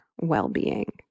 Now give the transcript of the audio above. well-being